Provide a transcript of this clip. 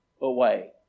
away